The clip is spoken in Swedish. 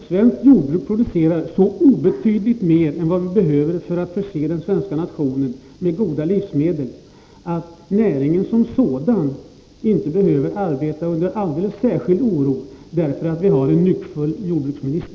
Svenskt jordbruk producerar så obetydligt mer än vad vi behöver för att förse nationen med goda livsmedel att näringen som sådan inte skall behöva arbeta under alldeles särskild oro därför att vi har en nyckfull jordbruksminister.